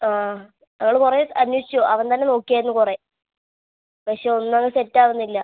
ആ ആൾ കുറേ അനേഷിച്ചു അവൻ തന്നെ നോക്കിയായിരുന്നു കുറേ പക്ഷേ ഒന്നും അങ്ങ് സെറ്റ് ആവുന്നില്ല